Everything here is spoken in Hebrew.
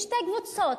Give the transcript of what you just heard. שתי קבוצות,